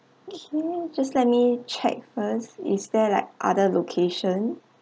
okay just let me check first is there like other location